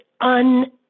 un